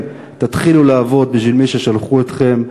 חברים, תתחילו לעבוד בשביל מי ששלחו אתכם.